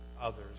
others